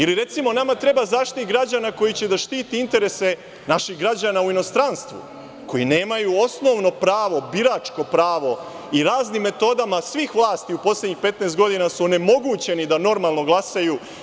Ili, recimo, nama treba Zaštitnik građana koji će da štiti interese naših građana u inostranstvu, koji nemaju osnovo pravo, biračko pravo i raznim metodama svih vlasti u poslednjih 15 godina su onemogućeni da normalno glasaju.